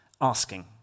asking